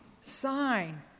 sign